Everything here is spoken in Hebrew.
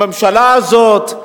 הממשלה הזאת,